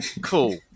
cool